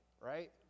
right